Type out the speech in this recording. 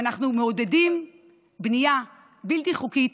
ואנחנו מעודדים בנייה בלתי חוקית,